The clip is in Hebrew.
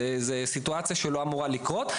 זו סיטואציה שלא אמורה לקרות.